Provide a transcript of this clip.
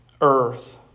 earth